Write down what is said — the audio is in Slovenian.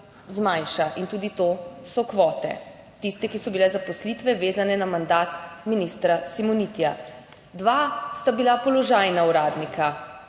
zmanjša in tudi to so kvote tiste, ki so bile zaposlitve vezane na mandat ministra Simonitija. Dva sta bila položajna uradnika.